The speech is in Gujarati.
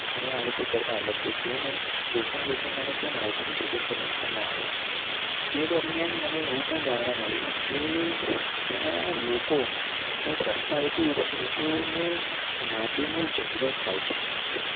હું આ લોકો કરતા અલગ તો છું નહીં તો પણ લોકો મને કેમ આવું પૂછે કે તમે શેમાં આવો તે દરમિયાન મને એવું પણ જાણવા મળ્યું કે ત્યાં લોકોની પર્સનાલિટી ઉપર લોકોને જ્ઞાતિનું જજમેન્ટ થાય છે